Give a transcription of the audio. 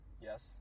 Yes